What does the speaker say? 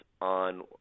on